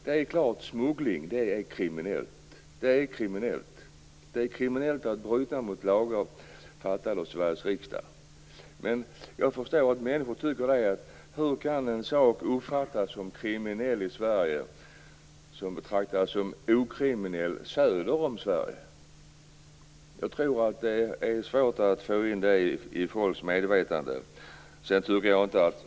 Det är klart att smuggling är kriminellt. Det är kriminellt att bryta mot lagar stiftade av Sveriges riksdag. Men jag förstår att människor undrar hur något kan uppfattas som kriminellt i Sverige som inte uppfattas som kriminellt söder om Sverige. Jag tror att det är svårt att få in det i folks medvetande.